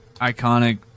iconic